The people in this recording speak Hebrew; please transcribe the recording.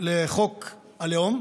לחוק הלאום.